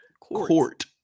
Court